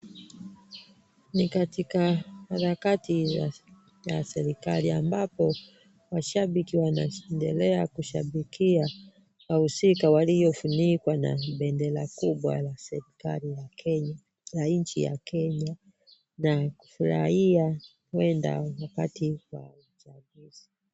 Ni katika harakati za serikali ambapo mashabiki wanajinenea kushabikia wahusika waliofunikwa na bendera kubwa la serikali ya nchi ya Kenya na kufurahia huenda wakati wa uchaguzi.